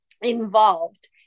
involved